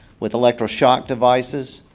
with electro shock devices,